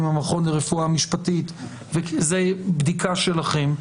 "המכון לרפואה משפטית" לאחר בדיקה שלכם,